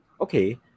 Okay